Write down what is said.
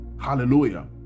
Hallelujah